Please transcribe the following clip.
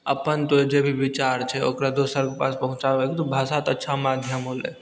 अपन जे भी बिचार छै ओकरा दोसर कऽ पास पहुँचाबै कऽ भाषा तऽ अच्छा माध्यम होलै